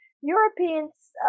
Europeans